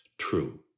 True